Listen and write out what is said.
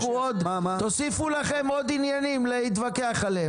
לכו עוד תוסיפו לכם עוד עניינים להתווכח עליהם.